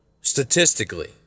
Statistically